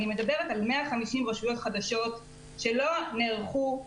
אני מדברת על 150 רשויות חדשות שלא נערכו,